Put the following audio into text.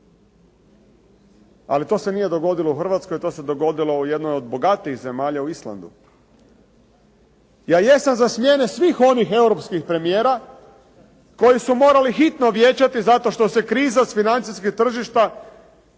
Ali to se nije dogodilo u Hrvatskoj. To se dogodilo u jednoj od bogatijih zemalja u Islandu. Ja jesam za smjene svih onih europskih premijera koji su morali hitno vijećati zato što se kriza s financijskih tržišta